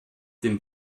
dem